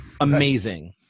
Amazing